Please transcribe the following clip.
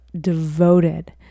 devoted